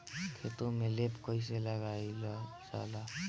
खेतो में लेप कईसे लगाई ल जाला?